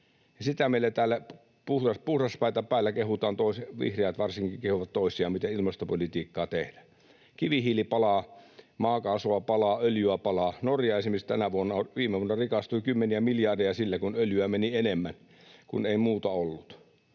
sitten meillä täällä puhdas paita päällä kehutaan toisiamme, varsinkin vihreät kehuvat toisiaan, miten ilmastopolitiikkaa tehdään. Kivihiiltä palaa, maakaasua palaa, öljyä palaa. Norja esimerkiksi viime vuonna rikastui kymmeniä miljardeja sillä, kun öljyä meni enemmän, kun ei muuta ollut.